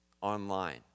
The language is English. online